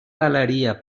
galeria